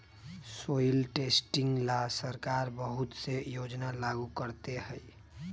soil testing ला सरकार बहुत से योजना लागू करते हई